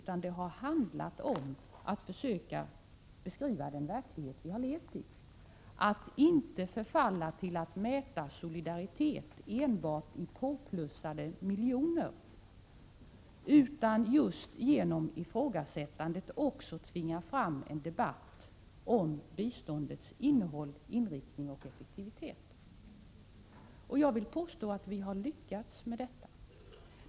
Det har i stället handlat om att försöka beskriva den verklighet vi har levt i och att inte förfalla till att mäta solidaritet enbart i påplussade miljoner. Det har handlat om att genom detta ifrågasättande tvinga fram en debatt om biståndets innehåll, inriktning och effektivitet. Jag vill påstå att vi har lyckats med detta.